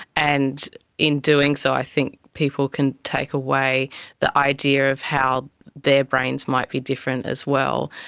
and in doing so i think people can take away the idea of how their brains might be different as well,